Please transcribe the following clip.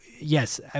yes